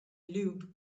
lube